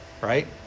right